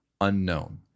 unknown